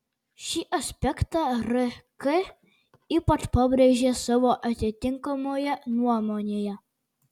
šį aspektą rk ypač pabrėžė savo atitinkamoje nuomonėje